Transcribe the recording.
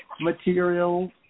material